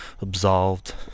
absolved